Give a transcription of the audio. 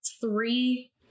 three